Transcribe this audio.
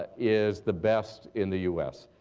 ah is the best in the u s.